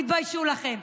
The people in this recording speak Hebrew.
תתביישו לכם.